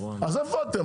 אז איפה אתם?